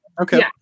Okay